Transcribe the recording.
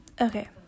Okay